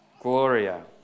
Gloria